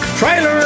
trailer